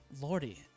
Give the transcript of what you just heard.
Lordy